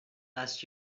last